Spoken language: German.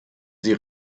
sie